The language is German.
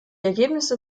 ergebnisse